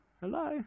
hello